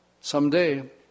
someday